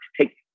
take